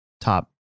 top